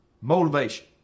motivation